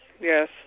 Yes